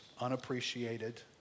unappreciated